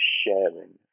sharing